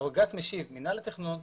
בבג"צ משיב מינהל התכנון,